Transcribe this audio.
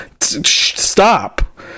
Stop